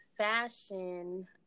fashion